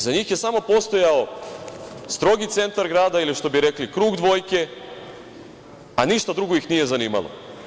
Za njih je samo postojao strogi centar grada ili što bi rekli „krug dvojke“ a ništa drugo ih nije zanimalo.